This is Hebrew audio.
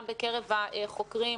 גם בקרב החוקרים,